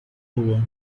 rua